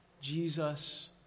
jesus